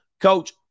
Coach